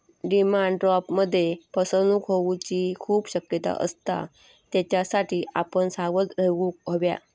demand ड्राफ्टमध्ये फसवणूक होऊची खूप शक्यता असता, त्येच्यासाठी आपण सावध रेव्हूक हव्या